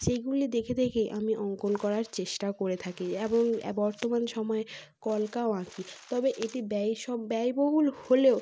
সেইগুলি দেখে দেখেই আমি অঙ্কন করার চেষ্টাও করে থাকি এবং বর্তমান সময়ে কলকাও আঁকি তবে এটি ব্যয় সব ব্যয়বহুল হলেও